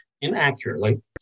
inaccurately